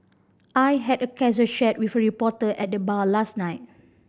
I had a casual chat with a reporter at the bar last night